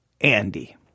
Andy